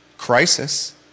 crisis